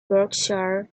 berkshire